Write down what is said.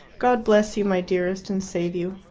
god bless you, my dearest, and save you.